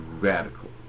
radical